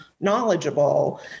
knowledgeable